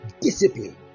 discipline